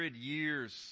years